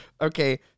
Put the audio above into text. Okay